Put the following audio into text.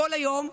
כל היום,